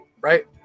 right